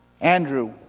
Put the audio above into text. Andrew